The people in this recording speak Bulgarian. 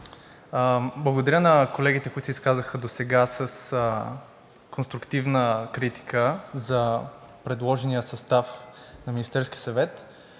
Благодаря на колегите, които се изказаха досега с конструктивна критика за предложения състав на Министерския съвет.